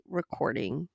recording